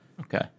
Okay